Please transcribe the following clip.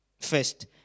first